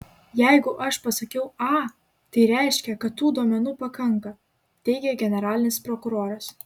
jeigu aš pasakiau a tai reiškia kad tų duomenų pakanka teigė generalinis prokuroras